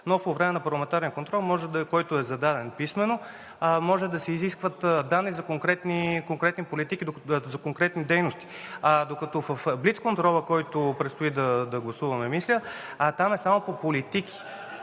но по време на парламентарен контрол, който е зададен писмено, може да се изискват данни за конкретни политики, за конкретни дейности. Докато в блицконтрола, който предстои да гласуваме, мисля, е само по политики,